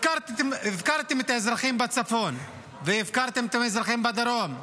הפקרתם את האזרחים בצפון והפקרתם את האזרחים בדרום.